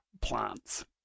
plants